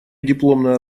дипломная